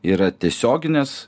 yra tiesioginės